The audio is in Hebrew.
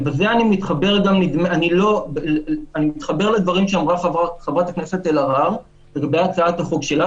ובזה אני מתחבר גם לדברים שאמרה חברת הכנסת אלהרר לגבי הצעת החוק שלה,